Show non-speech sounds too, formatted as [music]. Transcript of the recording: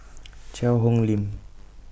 [noise] Cheang Hong Lim